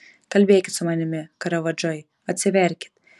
kalbėkit su manimi karavadžai atsiverkit